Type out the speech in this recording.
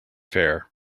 fair